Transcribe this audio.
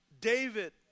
David